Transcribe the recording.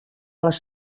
les